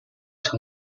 乘客